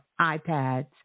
iPads